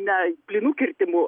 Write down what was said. na plynų kirtimų